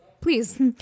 Please